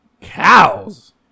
Cows